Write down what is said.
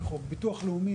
כאילו.